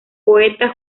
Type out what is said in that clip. poeta